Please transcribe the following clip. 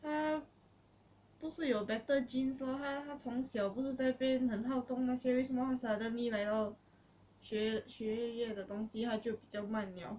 她不是有 better genes lor 她她从小不是在那边很好动哪些为什么她 suddenly 来到学学业的东西她就比较慢 liao